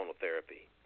therapy